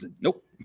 nope